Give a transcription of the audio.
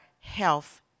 health